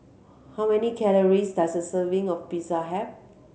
how many calories does a serving of Pizza have